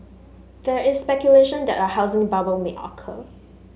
there is speculation that a housing bubble may occur